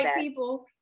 people